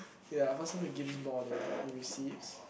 ya person who gives more than he receives